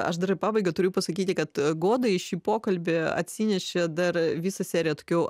aš dar į pabaigą turiu pasakyti kad goda į šį pokalbį atsinešė dar visą seriją tokių